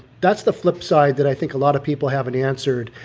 that's the flip side that i think a lot of people haven't answered.